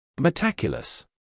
Metaculous